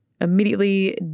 immediately